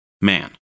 Man